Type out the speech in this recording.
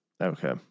Okay